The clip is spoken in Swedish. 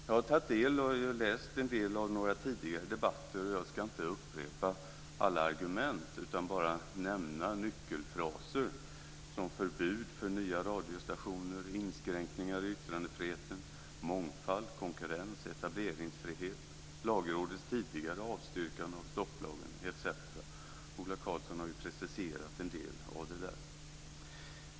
Jag har läst och tagit del av några tidigare debatter, men jag ska inte upprepa alla argument utan bara nämna några nyckelfraser: förbud för nya radiostationer, inskränkningar i yttrandefriheten, mångfald, konkurrens, etableringsfrihet, Lagrådets tidigare avstyrkande av stopplagen, etc. Ola Karlsson har ju preciserat en del av detta.